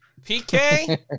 PK